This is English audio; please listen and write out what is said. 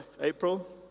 april